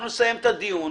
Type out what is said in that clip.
אנחנו נסיים את הדיון,